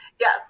Yes